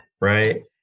right